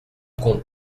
qu’on